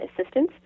assistance